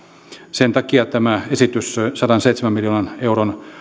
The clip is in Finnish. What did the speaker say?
sen takia tehtiin tämä esitys sadanseitsemän miljoonan euron